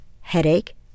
headache